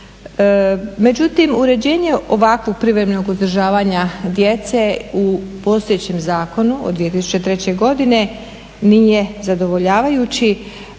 Međutim, uređenje ovakvog privremenog uzdržavanja djece u postojećem zakonu od 2003. godine nije zadovoljavajuća